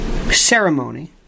ceremony